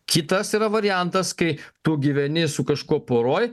kitas yra variantas kai tu gyveni su kažkuo poroj